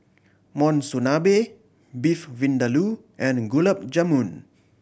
Monsunabe Beef Vindaloo and Gulab Jamun